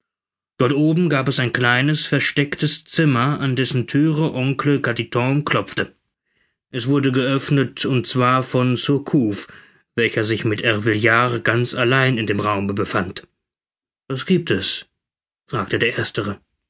dort oben gab es ein kleines verstecktes zimmer an dessen thüre oncle carditon klopfte es wurde geöffnet und zwar von surcouf welcher sich mit ervillard ganz allein in dem raume befand was gibt es fragte der erstere